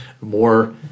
more